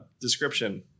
description